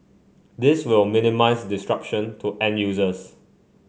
this will minimize disruption to end users